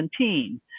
2017